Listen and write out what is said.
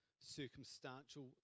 circumstantial